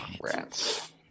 rats